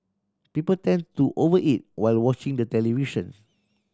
people tend to over eat while watching the television